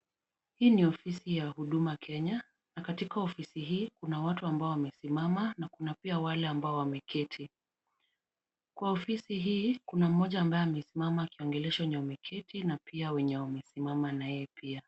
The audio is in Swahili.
Hii ni ofisi ya huduma Kenya, na katika ofisi hii Kuna watu ambao wamesimama na kuna pia wale ambao wameketi, Kwa ofisi hii Kuna moja ambaye amesimama akiongelesha wenye wameketi na pia wenye wamesimama naye pia.